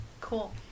Cool